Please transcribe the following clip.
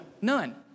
None